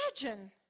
imagine